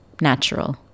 natural